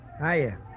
Hiya